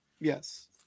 Yes